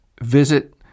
visit